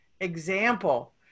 example